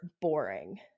boring